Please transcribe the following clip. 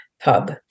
hub